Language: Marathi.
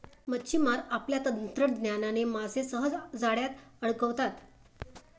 मच्छिमार आपल्या तंत्रज्ञानाने मासे सहज जाळ्यात अडकवतात